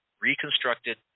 reconstructed